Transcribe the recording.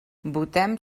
votem